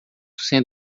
sendo